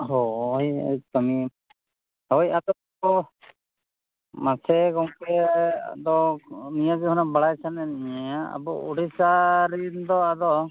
ᱦᱚᱭ ᱠᱟᱹᱢᱤ ᱦᱚᱭ ᱢᱟᱥᱮ ᱜᱚᱝᱠᱮ ᱟᱫᱚ ᱱᱤᱭᱟᱹᱠᱚ ᱦᱩᱱᱟᱹᱝ ᱵᱟᱲᱟᱭ ᱥᱟᱱᱟᱭᱮᱫᱞᱤᱧᱟᱹ ᱟᱫᱚ ᱩᱲᱤᱥᱥᱟᱨᱮᱱᱫᱚ ᱟᱫᱚ